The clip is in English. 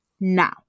now